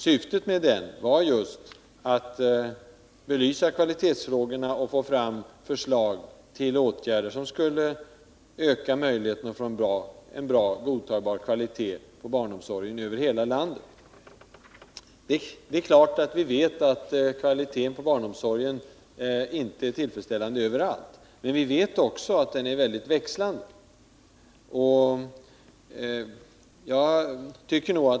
Syftet med den var just att belysa kvalitetsfrågorna och få fram förslag till åtgärder som skulle öka möjligheterna att få en godtagbar kvalitet på barnomsorgen över hela landet. Vi vet att kvaliteten på barnomsorgen inte är tillfredsställande överallt, men vi vet också att den är mycket växlande.